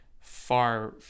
far